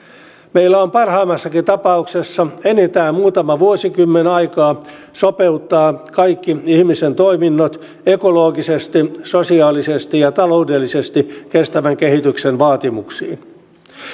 meillä on parhaimmassakin tapauksessa enintään muutama vuosikymmen aikaa sopeuttaa kaikki ihmisen toiminnot ekologisesti sosiaalisesti ja taloudellisesti kestävän kehityksen vaatimuksiin